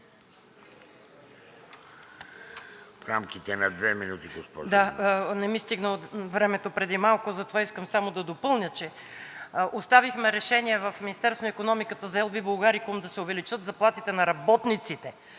(БСП за България): Да. Не ми стигна времето преди малко, затова искам само да допълня, че оставихме Решение в Министерството на икономиката за „Ел Би Булгарикум“ да се увеличат заплатите на работниците